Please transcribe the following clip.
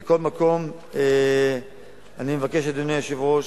מכל מקום, אני מבקש, אדוני היושב-ראש,